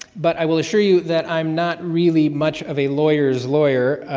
but i will assure you that i'm not really much of a lawyer's lawyer,